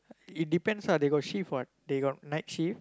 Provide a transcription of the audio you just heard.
it depends ah they got shift what they got night shift